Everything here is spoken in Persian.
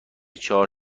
چهار